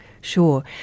sure